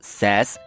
says